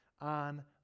on